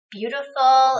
Beautiful